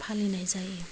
फालिनाय जायो